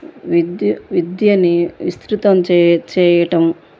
విద్యు విద్యని విస్తృతం చేయ చేయటం